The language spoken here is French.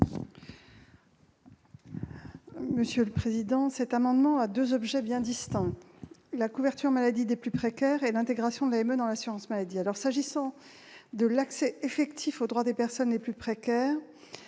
Gouvernement ? Cet amendement à deux objets bien distincts : la couverture maladie des plus précaires et l'intégration de l'AME dans l'assurance maladie. Vous le savez, l'accès effectif aux droits des personnes les plus précaires